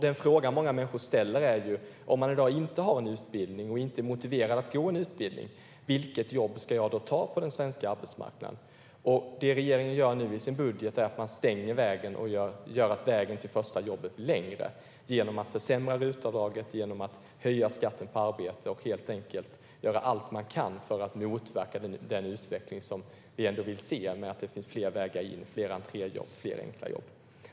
Den fråga som många människor ställer är: Om man i dag inte har en utbildning och inte är motiverad att gå en utbildning, vilket jobb ska man då ta på den svenska arbetsmarknaden? Det regeringen gör nu i sin budget är att man stänger vägen och gör vägen till första jobbet längre genom att försämra RUT-avdrag, höja skatten på arbete och helt enkelt göra allt man kan för att motverka den utveckling som vi ändå vill se, med att det finns fler vägar in, fler entréjobb, fler enkla jobb.